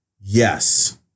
Yes